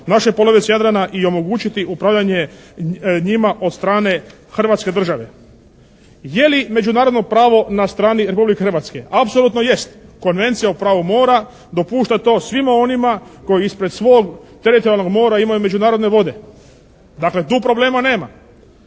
naše polovice Jadrana i omogućiti upravljanje njima od strane Hrvatske države. Je li međunarodno pravo na strani Republike Hrvatske? Apsolutno jest. Konvencija o pravu mora dopušta to svima onima koji ispred svog teritorijalnog mora imaju međunarodne vode. Dakle, tu problema nema.